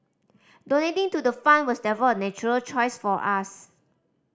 donating to the fund was therefore a natural choice for us